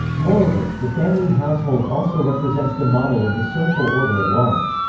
moreover, the family household also represents the model of the social order at large.